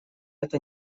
это